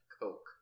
coke